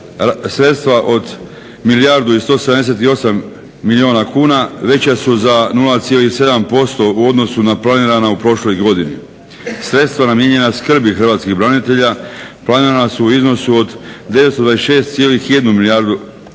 sredstva od milijardu 178 milijuna kuna veća su za 0,7% u odnosu na planirana u prošloj godini. Sredstva namijenjena skrbi hrvatskih branitelja planirana su u iznosu od 926,1 milijun kuna